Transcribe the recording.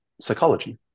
psychology